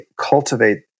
cultivate